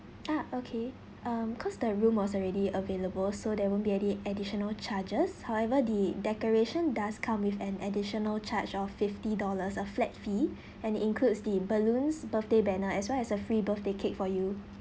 ah okay um cause the room was already available so there won't be any additional charges however the decoration does come with an additional charge of fifty dollars a flat fee and includes the balloons birthday banner as well as a free birthday cake for you